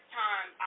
time